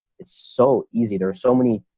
it's so easy. there are so many